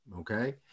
okay